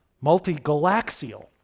multi-galaxial